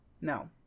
No